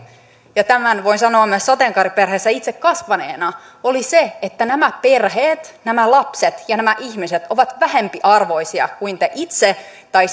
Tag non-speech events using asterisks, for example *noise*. ja tämän voin sanoa myös sateenkaariperheessä itse kasvaneena oli se että nämä perheet nämä lapset ja nämä ihmiset ovat vähempiarvoisia kuin te itse tai *unintelligible*